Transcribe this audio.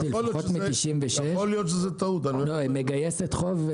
לפחות מ-96' מגייסת חוב.